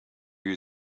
you